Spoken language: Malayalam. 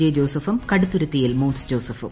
ജെ ജോസഫും കടുത്തുരൂത്തിയിൽ മോൻസ് ജോസഫും